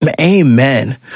amen